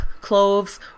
cloves